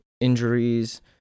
injuries